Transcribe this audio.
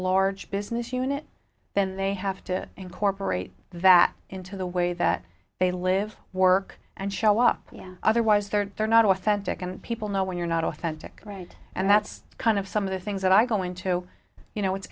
large business unit then they have to incorporate that into the way that they live work and show up otherwise they're not authentic and people know when you're not authentic right and that's kind of some of the things that i go into you know it's